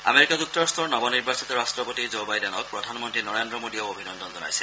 America যুক্তৰাট্টৰ নৱনিৰ্বাচিত ৰাট্টপতি জো বাইডেনক প্ৰধানমন্ত্ৰী নৰেন্দ্ৰ মোদীয়েও অভিনন্দন জনাইছে